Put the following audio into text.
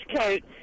coat